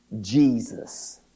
Jesus